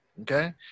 Okay